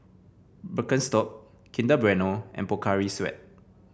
Birkenstock Kinder Bueno and Pocari Sweat